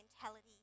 mentality